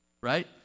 Right